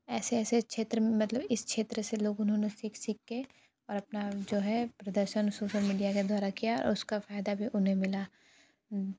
ऐसे ऐसे क्षेत्र में मतलब इस क्षेत्र से लोगों ने सीख सीख कर और अपना जो है प्रदर्शन सोशल मीडिया के द्वारा किया उसका फ़ायदा भी उन्हें मिला